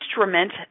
instrument